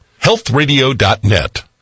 healthradio.net